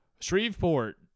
Shreveport